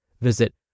Visit